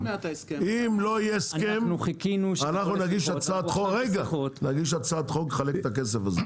אם לא יהיה הסכם אנחנו נגיש הצעת חוק לחלק את הכסף הזה.